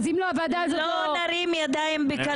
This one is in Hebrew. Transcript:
אז אם לא הוועדה הזאת --- לא להרים ידיים בקלות,